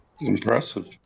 Impressive